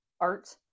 art